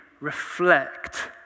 reflect